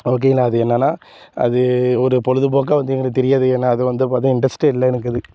ஓகேங்களா அது என்னன்னா அது ஒரு பொழுதுபோக்காக வந்து எங்களுக்கு தெரியாது ஏன்னால் அது வந்து பார்த்தினா இன்ட்ரெஸ்ட்டே இல்லை எனக்கு அது